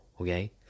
okay